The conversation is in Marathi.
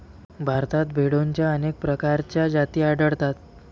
भारतात भेडोंच्या अनेक प्रकारच्या जाती आढळतात